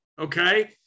Okay